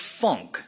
funk